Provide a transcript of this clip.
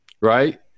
right